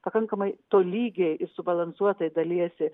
pakankamai tolygiai ir subalansuotai dalijasi